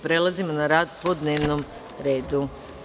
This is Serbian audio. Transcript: Prelazimo na rad po dnevnom redu.